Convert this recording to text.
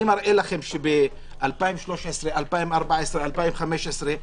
אני מראה לכם שב-2013, 2014, 2015,